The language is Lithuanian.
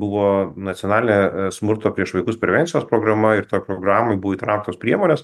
buvo nacionalinė smurto prieš vaikus prevencijos programa ir toj programoj buvo įtrauktos priemonės